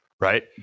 right